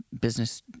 business